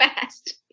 fast